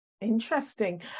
Interesting